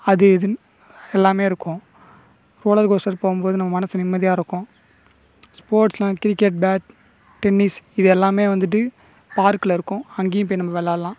அது இதுன்னு எல்லாமே இருக்கும் ரோலர் கோஸ்ட்டர் போகும் போது நம்ம மனசு நிம்மதியா இருக்கும் ஸ்போர்ட்ஸ்லாம் கிரிக்கெட் பேட் டென்னீஸ் இது எல்லாமே வந்துட்டு பார்க்கில் இருக்கும் அங்கேயும் போய் நம்ம விளாட்லாம்